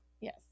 yes